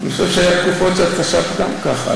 אני חושב שהיו תקופות שגם את חשבת ככה.